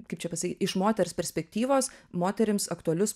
kaip čia pasakyti iš moters perspektyvos moterims aktualius